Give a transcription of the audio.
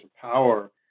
power